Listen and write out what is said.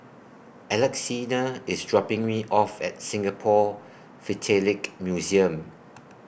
Alexina IS dropping Me off At Singapore Philatelic Museum